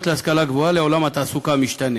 להשכלה גבוהה לעולם התעסוקה המשתנה.